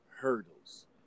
hurdles